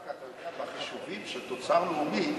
בחישובים של תוצר לאומי,